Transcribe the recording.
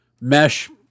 mesh